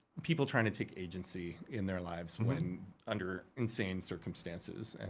people trying to take agency in their lives when under insane circumstances. and